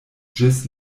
ĝis